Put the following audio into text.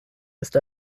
ist